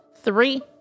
three